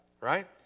right